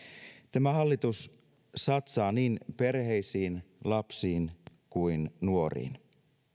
tämä hallitus satsaa niin perheisiin lapsiin kuin nuoriin